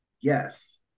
yes